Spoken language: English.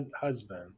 husband